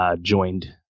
joined